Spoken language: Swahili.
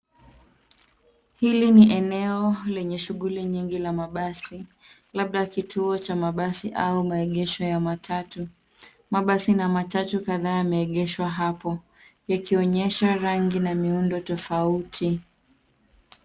Hili ni eneo lenye shughuli nyingi la mabasi, labda kituo cha mabasi au maegesho ya matatu. Mabasi na matatu kadhaa yameegeshwa hapo, yakionyesha rangi na miundo tofauti.